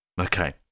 Okay